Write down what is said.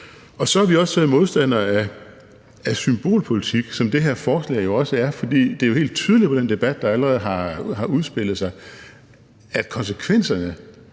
Så er vi også modstandere af symbolpolitik, som det her forslag jo også er, for det er helt tydeligt af den debat, der allerede har udspillet sig, at det får konsekvenser